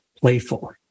playful